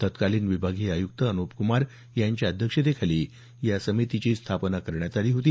तत्कालिन विभागीय आयुक्त अनुपकुमार यांच्या अध्यक्षतेखाली या समितीची स्थापना करण्यात आली होती